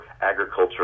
agriculture